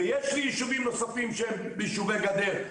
ויש לי יישובים נוספים שהם יישובי גדר,